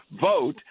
vote